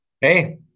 Hey